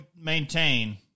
maintain